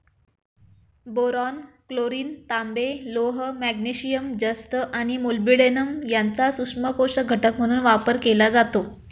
boron, chlorine, तांबे, लोह, magnesium, जस्त आणि मॉलिब्डेनम यांचा सूक्ष्म पोषक घटक म्हणून वापर केला जातो